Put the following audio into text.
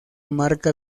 marca